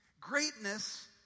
Greatness